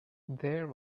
there